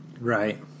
Right